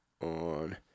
on